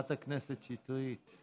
חברת הכנסת שטרית.